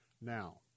Now